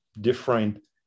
different